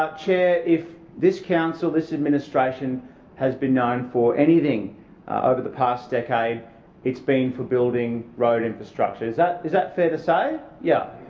ah chair, if this council, this administration has been known for anything over the past decade it's been for building road infrastructure. is that is that fair to say? yeah